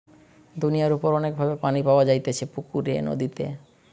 দুনিয়ার উপর অনেক ভাবে পানি পাওয়া যাইতেছে পুকুরে, নদীতে